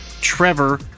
Trevor